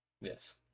Yes